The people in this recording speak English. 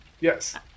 Yes